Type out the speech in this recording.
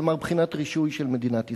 כלומר בחינת רישוי של מדינת ישראל.